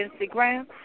Instagram